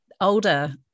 older